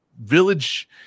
village